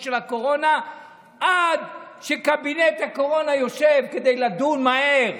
של הקורונה עד שקבינט הקורונה יושב כדי לדון מהר?